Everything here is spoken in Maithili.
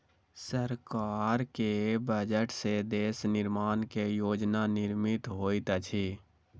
सरकार के बजट से देश निर्माण के योजना निर्मित होइत अछि